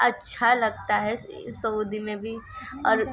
اچھا لگتا ہے سعودی میں بھی اور